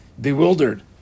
Bewildered